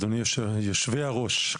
יושבי הראש,